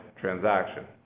transaction